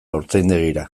haurtzaindegira